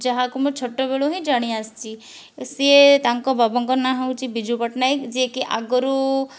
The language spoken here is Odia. ଯାହାକୁ ମୁଁ ଛୋଟବେଳୁ ହିଁ ଜାଣି ଆସିଛି ସିଏ ତାଙ୍କ ବାବାଙ୍କ ନାଁ ହେଉଛି ବିଜୁ ପଟ୍ଟନାୟକ ଯିଏକି ଆଗରୁ